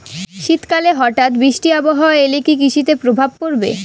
শীত কালে হঠাৎ বৃষ্টি আবহাওয়া এলে কি কৃষি তে প্রভাব পড়বে?